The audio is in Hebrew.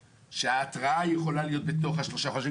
ההתראה יכולה להיות בתוך שלושה החודשים,